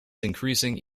increasing